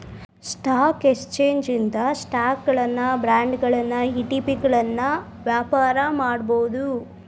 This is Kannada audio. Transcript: ಸ್ಟಾಕ್ ಎಕ್ಸ್ಚೇಂಜ್ ಇಂದ ಸ್ಟಾಕುಗಳನ್ನ ಬಾಂಡ್ಗಳನ್ನ ಇ.ಟಿ.ಪಿಗಳನ್ನ ವ್ಯಾಪಾರ ಮಾಡಬೋದು